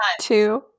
two